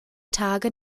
tage